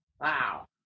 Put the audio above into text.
Wow